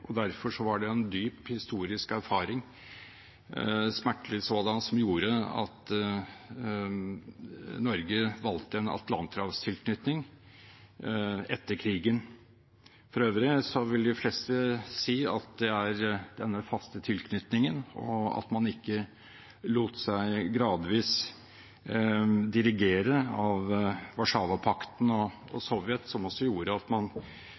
og derfor var det en dyp historisk erfaring, en smertelig sådan, som gjorde at Norge valgte en atlanterhavstilknytning etter krigen. For øvrig vil de fleste si at det er denne faste tilknytningen, og at man ikke lot seg gradvis dirigere av Warszawapakten og Sovjet, som også gjorde at man